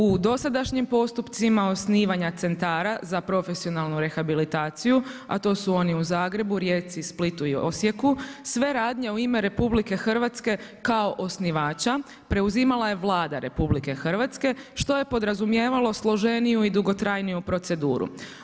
U dosadašnjim postupcima osnivanja centara za profesionalnu rehabilitaciju, a to su oni u Zagrebu, Rijeci, Splitu i Osijeku sve radnje u ime RH kao osnivača preuzimala je Vlada RH što je podrazumijevalo složeniju i dugotrajniju proceduru.